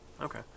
Okay